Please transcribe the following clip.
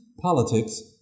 politics